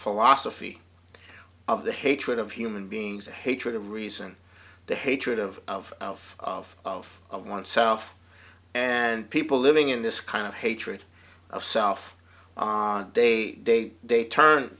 philosophy of the hatred of human beings the hatred of reason the hatred of of of of of of oneself and people living in this kind of hatred of self they they they turn